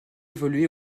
évolué